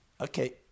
Okay